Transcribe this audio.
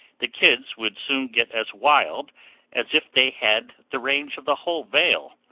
the kids would soon get as wild as if they had the range of the whole vale,